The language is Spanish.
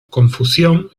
confusión